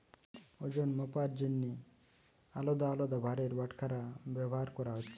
ওজন মাপার জন্যে আলদা আলদা ভারের বাটখারা ব্যাভার কোরা হচ্ছে